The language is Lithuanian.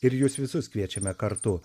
ir jus visus kviečiame kartu